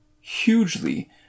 hugely